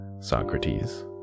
Socrates